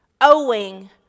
owing